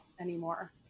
anymore